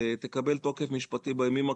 תקבל תוקף משפטי בימים הקרובים.